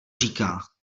říká